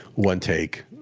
one take,